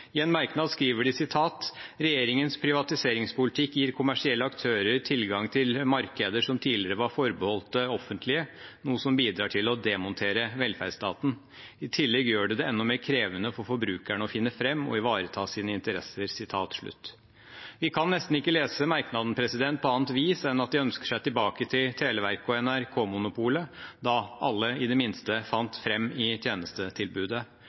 I en merknad skriver de at «regjeringens privatiseringspolitikk gir kommersielle aktører tilgang til markeder som tidligere var forbeholdt det offentlige, noe som bidrar til å demontere velferdsstaten. I tillegg gjør det det enda mer krevende for forbruker å finne frem og ivareta sine rettigheter.» Vi kan nesten ikke lese merknaden på annet vis enn at de ønsker seg tilbake til Televerket og NRK-monopolet – da alle i det minste fant fram i tjenestetilbudet.